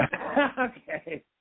Okay